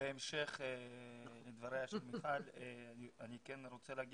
בהמשך לדבריה של מיכל אני רוצה לומר